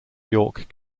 york